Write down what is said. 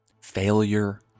Failure